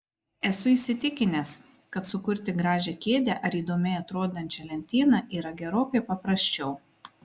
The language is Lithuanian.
esu įsitikinęs kad sukurti gražią kėdę ar įdomiai atrodančią lentyną yra gerokai paprasčiau